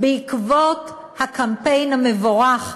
בעקבות הקמפיין המבורך,